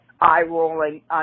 eye-rolling